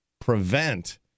prevent